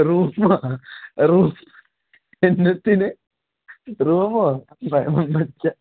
റൂമാ room എന്നാത്തിന് റൂമോ